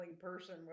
person